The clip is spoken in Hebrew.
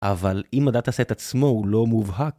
אבל אם הdata site עצמו הוא לא מובהק